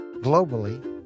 globally